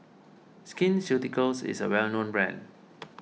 Skin Ceuticals is a well known brand